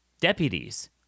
deputies